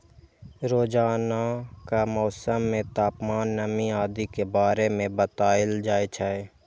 रोजानाक मौसम मे तापमान, नमी आदि के बारे मे बताएल जाए छै